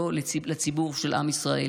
לא לציבור של עם ישראל.